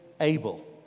able